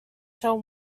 till